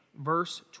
Verse